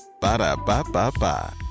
Ba-da-ba-ba-ba